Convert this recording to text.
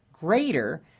greater